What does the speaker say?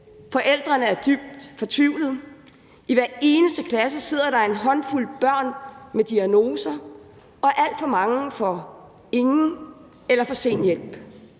forældrene er dybt fortvivlede. I hver eneste klasse sidder der en håndfuld børn med diagnoser, og alt for mange får ingen eller for sen hjælp.